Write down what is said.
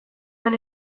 duen